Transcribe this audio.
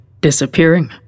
disappearing